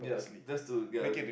just to ya